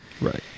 Right